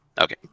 Okay